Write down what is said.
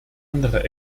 andere